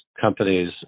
companies